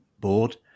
board